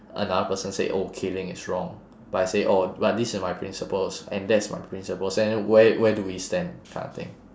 another person say oh killing is wrong but I say oh but this are my principles and that's my principles and then where where do we stand kind of thing